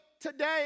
today